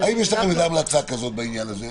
האם יש לכם המלצה כזאת בעניין הזה?